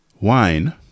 wine